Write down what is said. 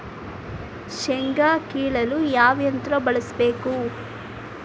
ಶೇಂಗಾ ಕೇಳಲು ಯಾವ ಯಂತ್ರ ಬಳಸಬೇಕು?